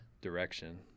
direction